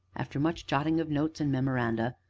after much jotting of notes and memoranda,